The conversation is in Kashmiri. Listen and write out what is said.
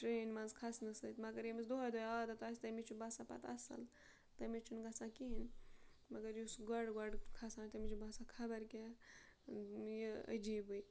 ٹرینہِ منٛز کھَسنہٕ سۭتۍ مگر ییٚمِس دوٚہَے دوٚہَے عادت آسہِ تٔمِس چھُ باسان پَتہٕ اَصٕل تٔمِس چھُنہٕ گژھان کِہیٖنۍ مگر یُس گۄڈٕ گۄڈٕ کھَسان تٔمِس چھِ باسان خبر کیٛاہ یہِ عجیٖبے